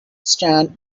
stand